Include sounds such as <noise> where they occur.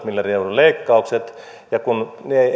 <unintelligible> miljardin euron leikkaukset ja kun ne <unintelligible>